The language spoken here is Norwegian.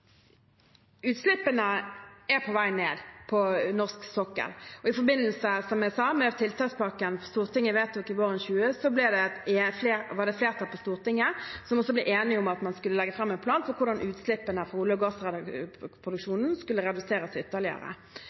Utslippene er på vei ned på norsk sokkel. Som jeg sa, var det i forbindelse med tiltakspakken Stortinget vedtok våren 2020, et flertall på Stortinget som også ble enige om at man skulle legge fram en plan for hvordan utslippene fra olje- og gassproduksjonen skulle reduseres ytterligere.